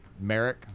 Merrick